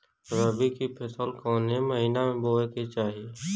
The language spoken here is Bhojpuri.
रबी की फसल कौने महिना में बोवे के चाही?